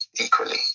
equally